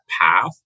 path